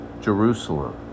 Jerusalem